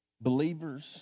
believers